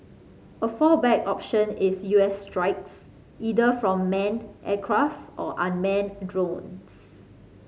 a fallback option is U S strikes either from manned aircraft or unmanned drones